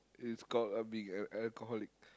it's called uh being al~ alcoholic